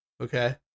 okay